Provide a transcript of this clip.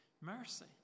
mercy